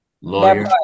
lawyer